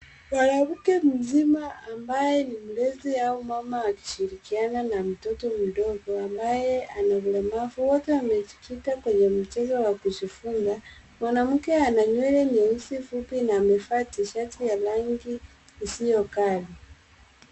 Mwanamke mzima ambaye ni mlezi au mama wa akishirikiana na mtoto mdogo ambaye ana ulemavu. Wote wamejikita kwenye mchezo wa kujifunza. Mwanamke ana nywele nyeusi fupi na amevaa tishati ya rangi isiyo kali.